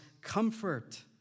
comfort